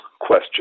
question